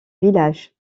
village